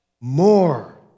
more